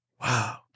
wow